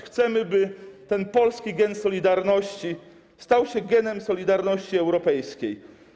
Chcemy, by ten polski gen solidarności stał się genem solidarności europejskiej.